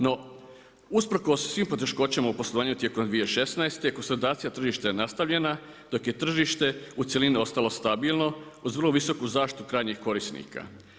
No usprkos svim poteškoćama u poslovanju tijekom 2016. konsolidacija tržišta je nastavljena dok je tržište u cjelini ostalo stabilno uz vrlo visoku zaštitu krajnjih korisnika.